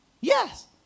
Yes